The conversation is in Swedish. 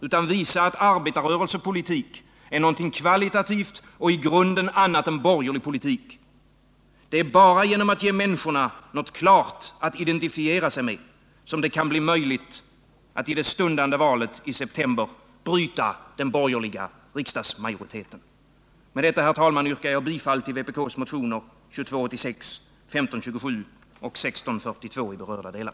Utan visa att arbetarrörelsepolitik är något kvalitativt och i grunden annat än borgerlig politik. Det är bara genom att ge människorna något klart att identifiera sig med som det kan bli möjligt att i det stundande valet i september bryta den borgerliga riksdagsmajoriteten. Herr talman! Med detta yrkar jag bifall till vpk:s motioner 2286, 1527 och 1642 i berörda delar.